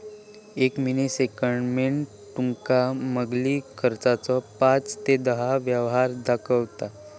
एक mini statement तुमका मागील खर्चाचो पाच ते दहा व्यवहार दाखवता